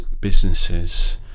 businesses